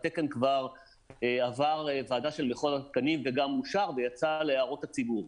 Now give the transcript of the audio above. התקן כבר עבר ועדה של מכון התקנים וגם אושר ויצא להערות הציבור.